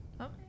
okay